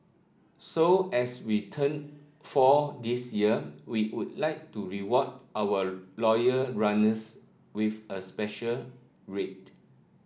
so as we turn four this year we would like to reward our loyal runners with a special rate